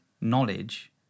knowledge